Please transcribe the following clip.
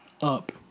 up